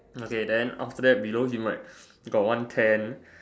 okay then after that below him right got one tent